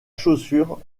chaussure